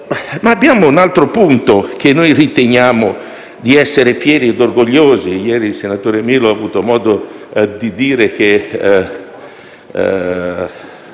poi, un altro punto del quale noi riteniamo di andare fieri e orgogliosi. Ieri il senatore Milo ha avuto modo di dire come